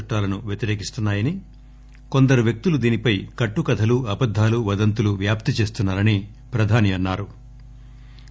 చట్టాలను వ్యతిరేకిస్తున్నా యని కొందరు వ్యక్తులు దీనిపై కట్టుకథలు అబద్దాలు వదంతులు వ్యాప్తి చేస్తున్నా రని ప్రధాని అన్నా రు